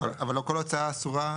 לא כל כך הבנתי את הנקודה.